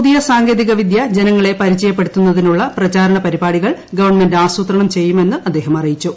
പുതിയ സാങ്കേതികവിദ്യ ജനങ്ങളെ പരിചയപ്പെടുത്തുന്നതിനുള്ള പ്രചാരണ പരിപാടികൾ ഗവൺമെന്റ് ആസൂത്രണം ചെയ്യുമെന്ന് അദ്ദേഹം പറഞ്ഞു